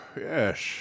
yes